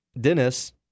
Dennis